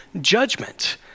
judgment